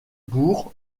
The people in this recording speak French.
bourgs